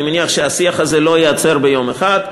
אני מניח שהשיח הזה לא ייעצר ביום אחד.